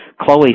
Chloe